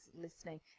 listening